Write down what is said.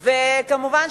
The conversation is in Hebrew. וכמובן,